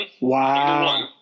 Wow